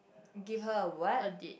give her a what